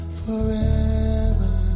forever